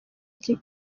iki